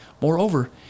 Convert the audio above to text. Moreover